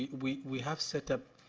we we have set up